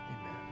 Amen